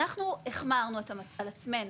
אנחנו החמרנו על עצמנו,